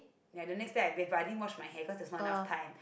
ya the next day I bathe I didn't wash my hair cause there was not enough time